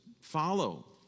follow